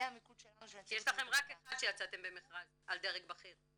זה המיקוד שלנו של --- יש לכם רק אחד שיצאתם במכרז על דרג בכיר.